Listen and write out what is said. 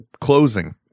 closing